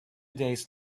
days